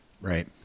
Right